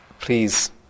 please